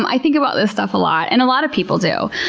i think about this stuff a lot, and a lot of people do.